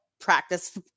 practice